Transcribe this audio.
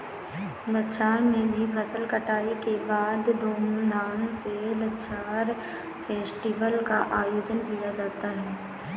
लद्दाख में भी फसल कटाई के बाद धूमधाम से लद्दाख फेस्टिवल का आयोजन किया जाता है